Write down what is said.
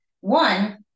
One